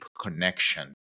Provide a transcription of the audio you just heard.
connection